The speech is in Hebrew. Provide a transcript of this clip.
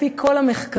לפי כל המחקרים,